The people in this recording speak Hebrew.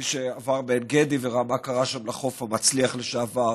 מי שעבר בעין גדי וראה מה קרה שם בחוף המצליח לשעבר,